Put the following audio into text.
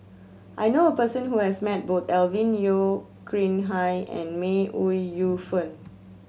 I know a person who has met both Alvin Yeo Khirn Hai and May Ooi Yu Fen